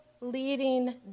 leading